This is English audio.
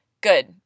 Good